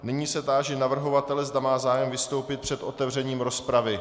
Nyní se táži navrhovatele, zda má zájem vystoupit před otevřením rozpravy.